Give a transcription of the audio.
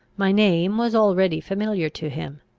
my name was already familiar to him.